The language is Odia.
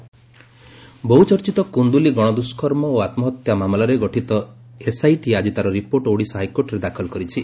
କୁ ବହୁଚର୍ଚିତ କୁନ୍ଦୁଲି ଗଶଦୁଷ୍କର୍ମ ଓ ଆମ୍ହତ୍ୟା ମାମଲାରେ ଗଠିତ ଏସ୍ଆଇଟି ଆଜି ତା'ର ରିପୋର୍ଟ ଓଡ଼ିଶା ହାଇକୋର୍ଟରେ ଦାଖଲ କରିଛି